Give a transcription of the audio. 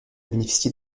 bénéficié